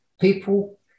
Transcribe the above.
People